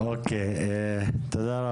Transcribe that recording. אני